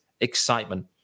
excitement